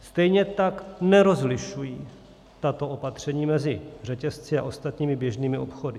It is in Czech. Stejně tak nerozlišují tato opatření mezi řetězci a ostatními běžnými obchody.